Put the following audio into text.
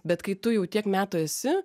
bet kai tu jau tiek metų esi